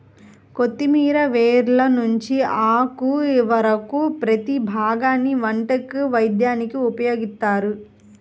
కొత్తిమీర వేర్ల నుంచి ఆకు వరకు ప్రతీ భాగాన్ని వంటకి, వైద్యానికి ఉపయోగిత్తారు